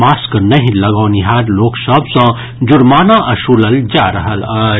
mask नहि लगौनिहार सभ सँ जुर्माना वसूलल जा रहल अछि